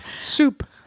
Soup